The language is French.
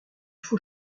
faut